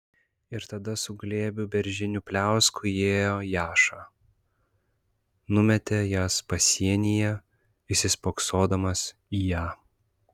ir tada su glėbiu beržinių pliauskų įėjo jaša numetė jas pasienyje įsispoksodamas į ją